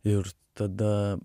ir tada